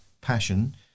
passion